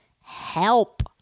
help